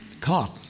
caught